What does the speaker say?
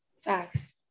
facts